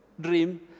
dream